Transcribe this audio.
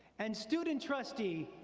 and student trustee,